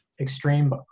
extreme